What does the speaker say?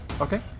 Okay